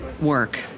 work